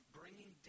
bringing